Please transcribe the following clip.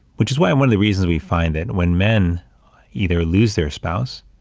which is why and one of the reasons we find that when men either lose their spouse,